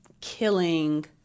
killing